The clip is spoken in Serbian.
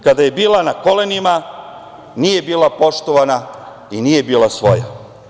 Kada je bila na kolenima nije bila poštovana i nije bila svoja.